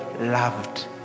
loved